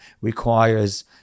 requires